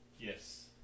Yes